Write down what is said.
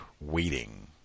waiting